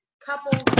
couples